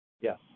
Yes